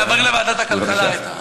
להעביר לוועדת הכלכלה.